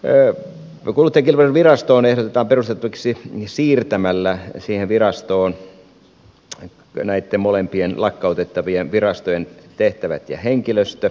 kilpailu ja kuluttajavirasto ehdotetaan perustettavaksi siirtämällä siihen virastoon näitten molempien lakkautettavien virastojen tehtävät ja henkilöstö